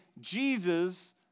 Jesus